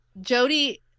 Jody